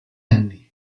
anni